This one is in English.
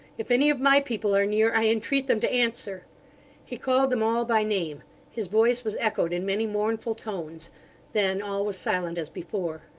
if any of my people are near, i entreat them to answer he called them all by name his voice was echoed in many mournful tones then all was silent as before.